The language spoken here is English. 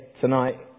tonight